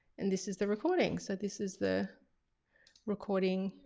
and this is the recording. so this is the recording.